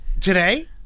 Today